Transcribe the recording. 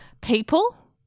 people